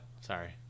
Sorry